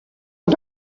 and